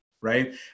Right